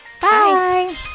Bye